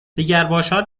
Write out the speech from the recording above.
دگرباشان